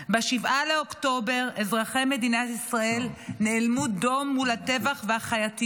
ב-7 באוקטובר אזרחי מדינת ישראל נאלמו דום מול הטבח והחייתיות